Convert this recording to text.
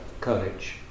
courage